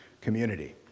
community